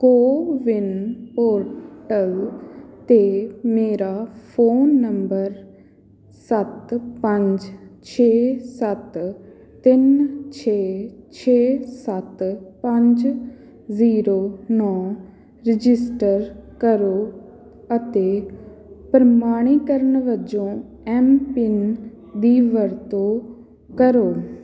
ਕੋ win portal 'ਤੇ ਮੇਰਾ ਫ਼ੋਨ ਨੰਬਰ ਸੱਤ ਪੰਜ ਛੇ ਸੱਤ ਤਿੰਨ ਛੇ ਛੇ ਸੱਤ ਪੰਜ ਜ਼ੀਰੋ ਨੌਂ ਰਜਿਸਟਰ ਕਰੋ ਅਤੇ ਪ੍ਰਮਾਣੀਕਰਨ ਵਜੋਂ ਐੱਮਪਿੰਨ ਦੀ ਵਰਤੋਂ ਕਰੋ